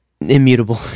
Immutable